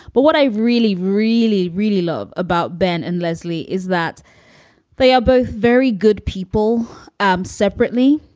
but what i really, really, really love about ben and leslie is that they are both very good people um separately.